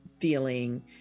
feeling